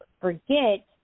forget